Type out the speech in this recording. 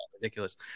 ridiculous